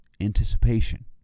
anticipation